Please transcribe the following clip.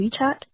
WeChat